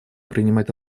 принимать